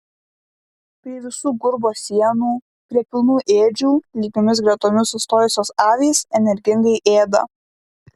prie visų gurbo sienų prie pilnų ėdžių lygiomis gretomis sustojusios avys energingai ėda